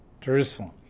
Jerusalem